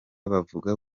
bavuga